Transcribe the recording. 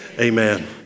amen